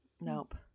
Nope